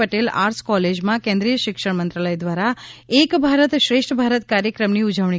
Patel arts કોલેજમાં કેન્દ્રીય શિક્ષણ મંત્રાલય દ્વારા એક ભારત શ્રેષ્ઠ ભારત કાર્યક્રમની ઉજવણી કરવામાં આવી